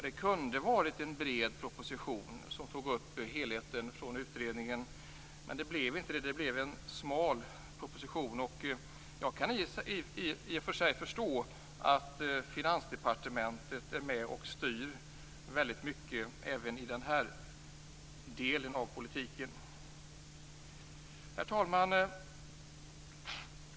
Det kunde ha varit en bred proposition, där man tog upp helheten från utredningen, men det blev inte så utan det blev en smal proposition. Jag kan i och för sig förstå att Finansdepartementet är med och styr väldigt mycket även i den här delen av politiken. Herr talman!